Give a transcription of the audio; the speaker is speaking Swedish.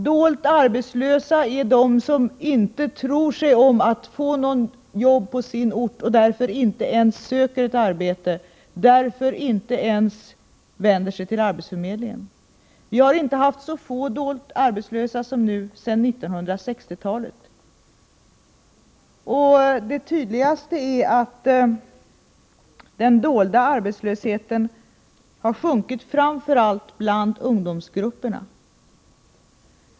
Dolt arbetslösa är de som inte tror sig om att få något jobb på sin ort och därför inte ens söker arbete, inte ens vänder sig till arbetsförmedlingen. Vi har inte haft så få dolt arbetslösa som nu sedan 1960-talet. Och det tydligaste är att den dolda arbetslösheten har sjunkit framför allt i ungdomsgrupperna.